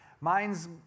Mine's